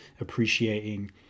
appreciating